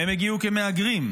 הם הגיעו כמהגרים.